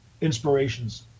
inspirations